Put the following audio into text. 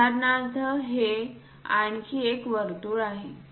उदाहरणार्थ हे आणखी एक वर्तुळ आहे